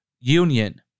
Union